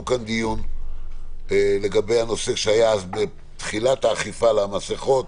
כאן דיון לגבי נושא שהיה אז בתחילת האכיפה על המסכות,